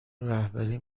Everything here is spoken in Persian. رهبری